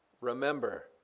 remember